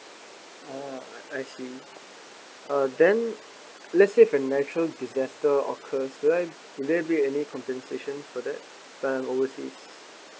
orh I see uh then let's say for natural disaster occurs do I would there be any compensation for that overseas